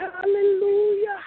hallelujah